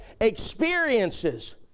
experiences